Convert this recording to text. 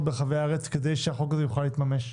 ברחבי הארץ כדי שהחוק הזה יוכל להתממש.